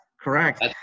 correct